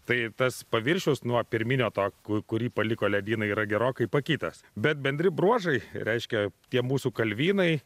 tai tas paviršius nuo pirminio to ku kurį paliko ledynai yra gerokai pakitęs bet bendri bruožai reiškia tie mūsų kalvynai